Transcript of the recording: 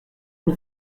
une